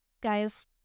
guys